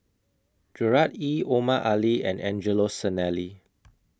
Gerard Ee Omar Ali and Angelo Sanelli